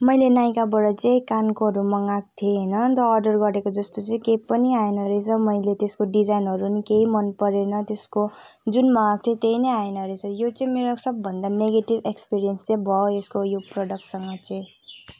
मैले नाइकाबाट चाहिँ कानकोहरू मगाएको थिएँ होइन अन्त अर्डर गरेको जस्तो चाहिँ केही पनि आएन रहेछ मैले त्यसको डिजाइनहरू पनि केही मनपरेन त्यसको जुन मगाएको थिएँ त्यही नै आएन रहेछ यो चाहिँ मेरो सबभन्दा नेगेटिभ एक्सपिरिन्स चाहिँ भयो यसको यो प्रडक्ट सँग चाहिँ